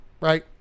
Right